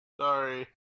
Sorry